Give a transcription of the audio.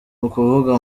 ukuvuga